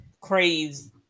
craves